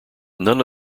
none